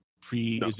pre-